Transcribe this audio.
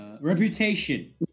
Reputation